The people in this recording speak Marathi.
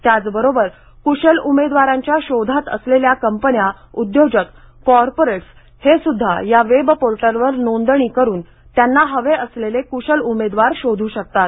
त्याचबरोबर कुशल उमेदवारांच्या शोधात असलेल्या कंपन्या उद्योजक कॉर्पोरेट्स हे सुद्धा या वेबपोर्टलवर नोंदणी करुन त्यांना हवे असलेले कृशल उमेदवार शोधू शकतात